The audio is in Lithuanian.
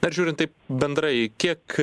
tad žiūrint taip bendrai kiek